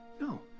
no